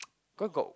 cause got